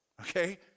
okay